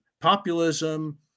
Populism